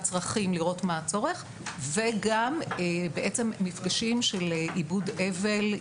צרכים לראות מה הצורך וגם בעצם מפגשים של עיבוד אבל,